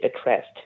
addressed